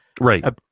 Right